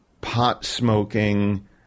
pot-smoking